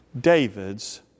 David's